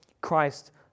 Christ